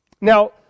Now